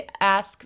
ask